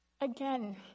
again